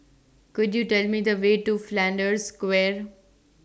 Could YOU Tell Me The Way to Flanders Square